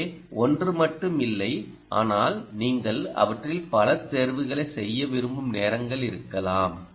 எனவே ஒன்று மட்டும் இல்லை ஆனால் நீங்கள் அவற்றில் பல தேர்வுகளை செய்ய விரும்பும் நேரங்கள் இருக்கலாம்